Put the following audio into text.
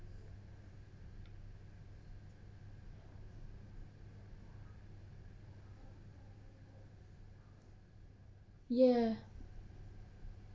ya